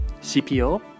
cpo